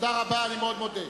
תודה רבה, אני מאוד מודה.